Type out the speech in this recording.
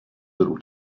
little